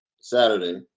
Saturday